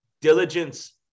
diligence